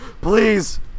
please